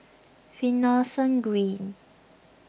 Finlayson Green